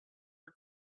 her